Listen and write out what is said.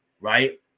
right